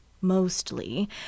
mostly